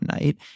night